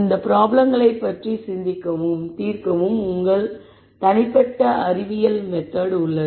இந்த ப்ராப்ளம்களைப் பற்றி சிந்திக்கவும் தீர்க்கவும் உங்கள் தனிப்பட்ட அறிவியல் மெத்தெட் உள்ளது